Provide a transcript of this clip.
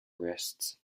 wrists